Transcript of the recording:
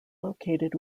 located